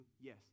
yes